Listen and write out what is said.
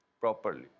properly